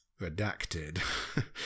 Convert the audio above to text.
Redacted